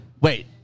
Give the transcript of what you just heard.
Wait